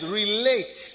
relate